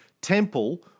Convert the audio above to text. temple